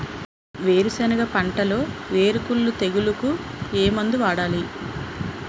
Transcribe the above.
వేరుసెనగ పంటలో వేరుకుళ్ళు తెగులుకు ఏ మందు వాడాలి?